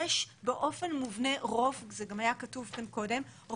זה גם היה כתוב כאן קודם,